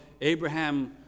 Abraham